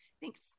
thanks